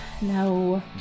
No